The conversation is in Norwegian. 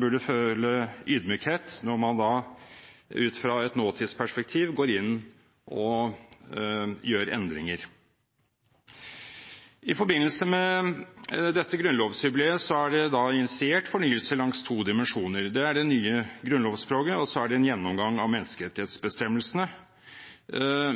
burde føle ydmykhet overfor når man ut fra et nåtidsperspektiv går inn og gjør endringer. I forbindelse med dette grunnlovsjubileet er det initiert fornyelse langs to dimensjoner. Det er det nye grunnlovsspråket, og så er det en gjennomgang av menneskerettighetsbestemmelsene,